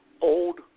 Old